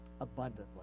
abundantly